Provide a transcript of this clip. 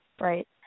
right